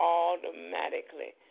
automatically